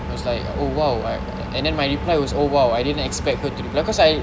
was like oh !wow! and then my reply was oh !wow! I didn't expect her to be because I